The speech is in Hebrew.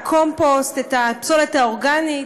את הקומפוסט, את הפסולת האורגנית,